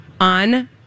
On